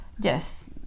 Yes